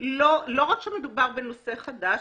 לא רק שמדובר בנושא חדש,